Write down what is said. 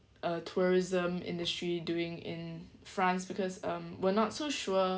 uh tourism industry doing in france because um we're not so sure